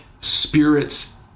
spirits